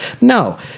No